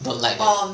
don't like liao